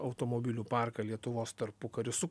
automobilių parką lietuvos tarpukariu su